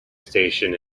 station